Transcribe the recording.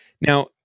Now